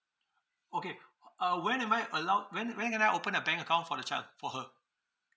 okay h~ uh when am I allowed when uh when can I open a bank account for the child for her